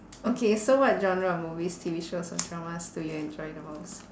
okay so what genre of movies T_V shows or dramas do you enjoy the most